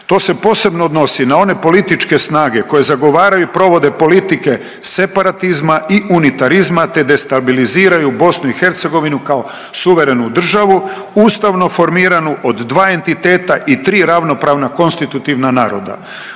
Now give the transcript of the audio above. To se posebno odnosi na one političke snage koje zagovaraju i provode politike separatizma i unitarizma te destabiliziraju Bosnu i Hercegovinu kao suverenu državu ustavno formiranu od dva entiteta i tri ravnopravna konstitutivna naroda.